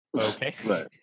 Okay